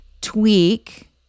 tweak